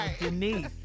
Denise